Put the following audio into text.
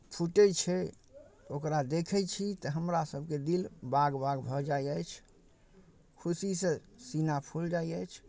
फूटै छै ओकरा देखै छी तऽ हमरासभके दिल बाग बाग भऽ जाइ अछि खुशीसँ सीना फुलि जाइ अछि